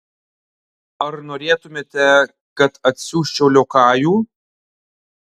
ar norėtumėte kad atsiųsčiau liokajų